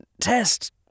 test